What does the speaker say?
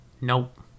nope